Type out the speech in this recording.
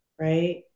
Right